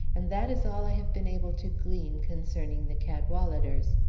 and that is all i have been able to glean concerning the cadwaladers.